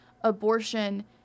abortion